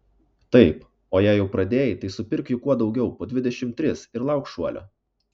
taip o jei jau pradėjai tai supirk jų kuo daugiau po dvidešimt tris ir lauk šuolio